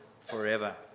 forever